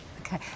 Okay